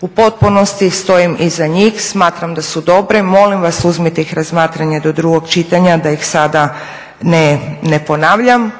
U potpunosti stojim iza njih, smatram da su dobri i molim vas uzmite ih u razmatranje do drugog čitanja da ih sada ne ponavljam.